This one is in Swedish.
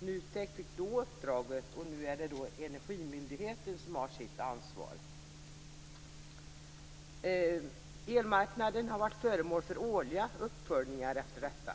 NUTEK fick då uppdraget, och nu är det Energimyndigheten som har sitt ansvar. Elmarknaden har varit föremål för årliga uppföljningar efter detta.